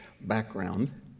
background